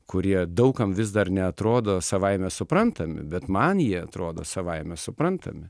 kurie daug kam vis dar neatrodo savaime suprantami bet man jie atrodo savaime suprantami